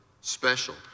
special